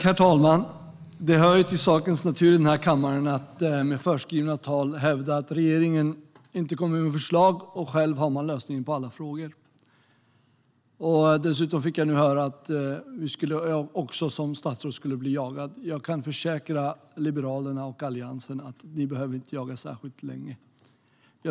Herr talman! Det hör till sakens natur att i den här kammaren med förskrivna tal hävda att regeringen inte kommer med förslag och att man själv har lösningen på alla frågor. Dessutom fick jag nu höra att jag som statsråd ska bli jagad. Jag kan försäkra Liberalerna och Alliansen om att ni inte behöver jaga särskilt länge.